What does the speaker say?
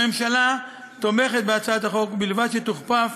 הממשלה תומכת בהצעת החוק, ובלבד שתוכפף